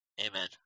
Amen